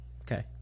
okay